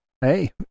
Hey